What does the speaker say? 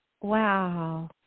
Wow